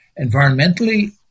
Environmentally